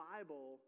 Bible